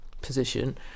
position